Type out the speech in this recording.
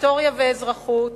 היסטוריה ואזרחות,